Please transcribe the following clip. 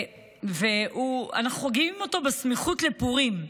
ואנחנו חוגגים אותו בסמיכות לפורים.